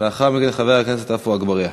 ולאחר מכן, חבר הכנסת עפו אגבאריה.